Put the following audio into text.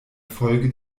folge